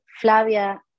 Flavia